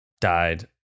died